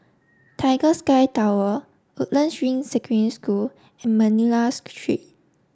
Tiger Sky Tower Woodlands Ring Secondary School and Manila Street